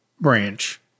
branch